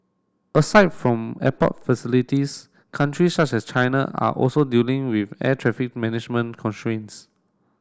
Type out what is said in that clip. aside from airport facilities country such as China are also dealing with air traffic management constraints